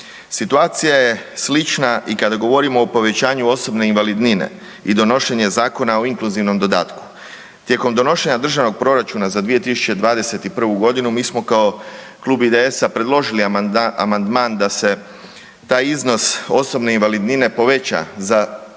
Situacija je slična i kada govorimo o povećanju osobne invalidnine i donošenje Zakona o inkluzivnom dodatku. Tijekom donošenja Državnog proračuna za 2021. godinu mi smo kao Klub IDS-a predložili amandman da se taj iznos osobne invalidnine poveća za slabih